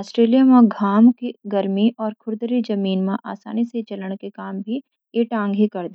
ऑस्ट्रेलिया म घाम की गर्मी और खुरदरी जमीन म आसानी स चलण के काम भी इ टाँग करंद।